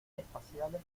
espaciales